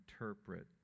interpret